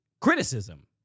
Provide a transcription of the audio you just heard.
criticism